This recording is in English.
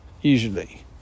usually